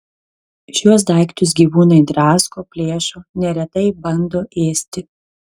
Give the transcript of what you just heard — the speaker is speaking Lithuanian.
šiuos daiktus gyvūnai drasko plėšo neretai bando ėsti